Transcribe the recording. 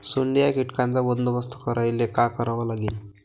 सोंडे या कीटकांचा बंदोबस्त करायले का करावं लागीन?